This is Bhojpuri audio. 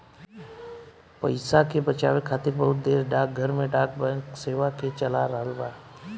पइसा के बचावे खातिर बहुत देश डाकघर में डाक बैंक सेवा के चला रहल बा